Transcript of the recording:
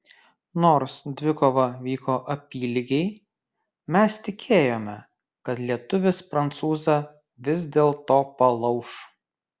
nors dvikova vyko apylygiai mes tikėjome kad lietuvis prancūzą vis dėlto palauš